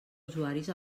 usuaris